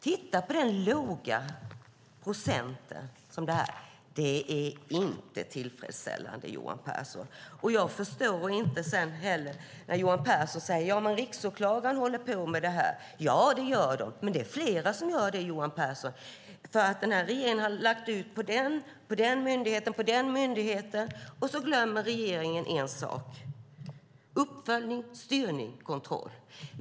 Titta på den låga uppklarningsprocenten. Det är inte tillfredsställande, Johan Pehrson. Johan Pehrson säger att Riksåklagaren håller på med det här. Ja, det gör de, men det är flera som gör det. Den här regeringen har lagt ut det på den ena myndigheten efter den andra, och så glömmer regeringen en sak: uppföljning, styrning, kontroll.